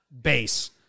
base